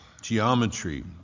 geometry